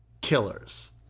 killers